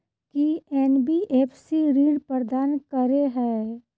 की NBFC ऋण प्रदान करे है?